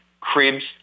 cribs